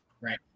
Right